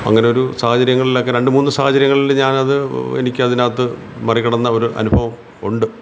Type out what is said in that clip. അങ്ങനെ ഒരു സാഹചര്യങ്ങളിലൊക്കെ രണ്ട് മൂന്ന് സാഹചര്യങ്ങളിൽ ഞാനത് എനിക്കതിനകത്ത് മറികടന്ന ഒരു അനുഭവം ഉണ്ട്